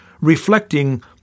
reflecting